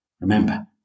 remember